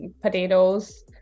potatoes